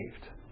saved